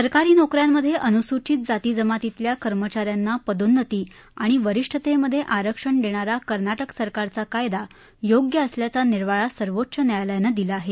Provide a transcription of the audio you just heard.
सरकारी नोकऱ्यांमध्ये अनुसूचित जाती जमातीतल्या कर्मचाऱ्यांना पदोन्नती आणि वरिष्ठतेमध्ये आरक्षण देणारा कर्नाटक सरकारचा कायदा योग्य असल्याचा निर्वाळा सर्वोच्च न्यायालयानं दिला आहे